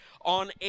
on